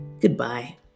goodbye